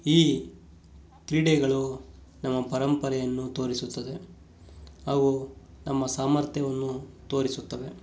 ಈ ಕ್ರೀಡೆಗಳು ನಮ್ಮ ಪರಂಪರೆಯನ್ನು ತೋರಿಸುತ್ತದೆ ಅವು ನಮ್ಮ ಸಾಮರ್ಥ್ಯವನ್ನು ತೋರಿಸುತ್ತವೆ